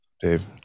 Dave